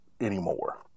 anymore